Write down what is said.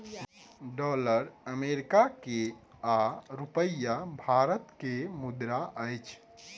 dollar America के आ रूपया भारत के मुद्रा अछि